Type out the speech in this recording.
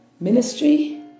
Ministry